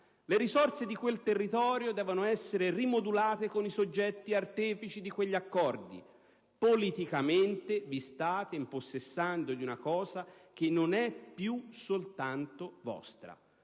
Le risorse di quel territorio devono essere rimodulate con i soggetti artefici di quegli accordi. Politicamente vi state impossessando di una cosa che non è più soltanto vostra.